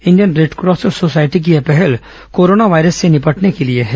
Indian Red Cross society की यह पहल कोरोना वायरस से निपटने के लिए है